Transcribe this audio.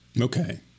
Okay